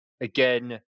Again